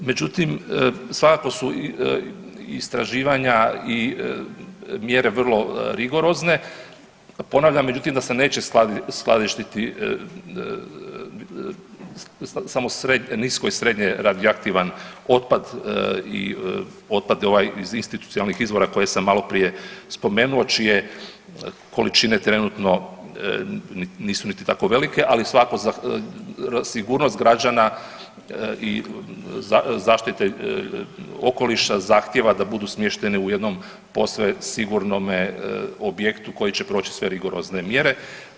Međutim, svakako su istraživanja i mjere vrlo rigorozne, ponavljam međutim da se neće skladištiti samo nisko i srednje radioaktivan otpad i otpad ovaj iz institucionalnih izvora koje sam maloprije spomenuo čije količine trenutno nisu niti tako velike, ali sigurnost građana i zaštite okoliša zahtjeva da budu smještene u jednom posve sigurnome objektu koji će proći sve rigorozne mjere.